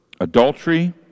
adultery